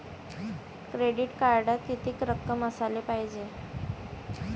Credit कार्डात कितीक रक्कम असाले पायजे?